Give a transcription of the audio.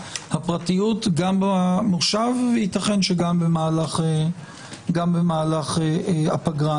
הפרטיות גם במושב וייתכן שגם במהלך הפגרה.